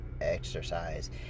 exercise